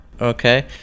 Okay